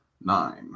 Nine